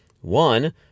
One